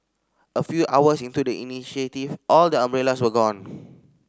a few hours into the initiative all the umbrellas were gone